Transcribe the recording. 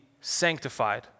sanctified